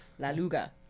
Laluga